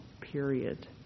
period